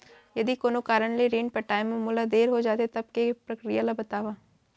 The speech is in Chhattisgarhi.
यदि कोनो कारन ले ऋण पटाय मा मोला देर हो जाथे, तब के प्रक्रिया ला बतावव